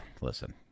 listen